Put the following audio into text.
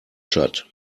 tschad